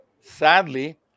Sadly